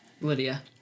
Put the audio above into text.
Lydia